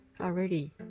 already